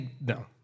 no